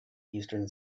eastern